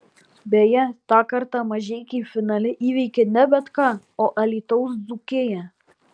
beje tą kartą mažeikiai finale įveikė ne bet ką o alytaus dzūkiją